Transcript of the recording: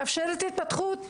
מאפשרת התפתחות.